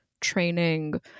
training